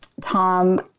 Tom